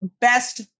best